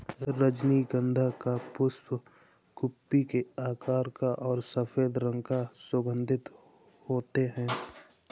रजनीगंधा का पुष्प कुप्पी के आकार का और सफेद रंग का सुगन्धित होते हैं